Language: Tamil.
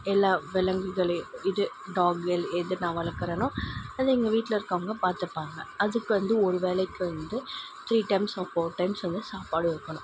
எல்லா விலங்குகளை இது டாக் எல் எது நான் வளர்க்கறனோ அது எங்கள் வீட்டில் இருக்கவங்க பார்த்துப்பாங்க அதுக்கு வந்து ஒரு வேளைக்கு வந்து three times or four times வந்து சாப்பாடு வைக்கணும்